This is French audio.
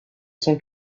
sont